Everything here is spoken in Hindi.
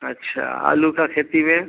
अच्छा आलू की खेती में